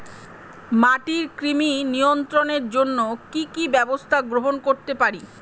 মাটির কৃমি নিয়ন্ত্রণের জন্য কি কি ব্যবস্থা গ্রহণ করতে পারি?